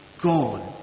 God